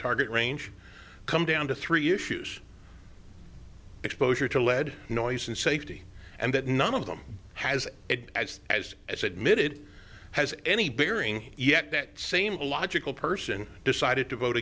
target range come down to three issues exposure to lead noise and safety and that none of them has it as as as admitted has any bearing yet that same logical person decided to vote